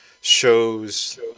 shows